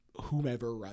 whomever